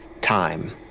time